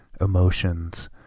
emotions